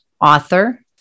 author